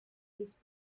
his